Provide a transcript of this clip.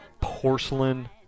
porcelain